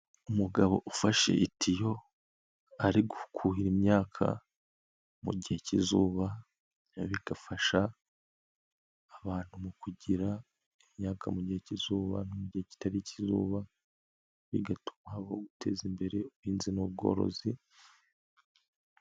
Umugabo ufashe itiyo ari kuhira imyaka mu gihe cy'izuba, bigafasha abantu mu kugira ibiyaga mu gihe cy'izuba no mu gihe kitari kizuba bigatuma habaho guteza imbere ubuhinzi n'ubworozi.